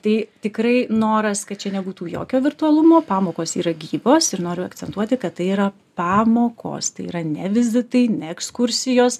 tai tikrai noras kad čia nebūtų jokio virtualumo pamokos yra gyvos ir noriu akcentuoti kad tai yra pamokos tai yra ne vizitai ne ekskursijos